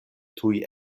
tuj